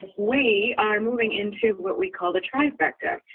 we are moving into what we call the trifecta.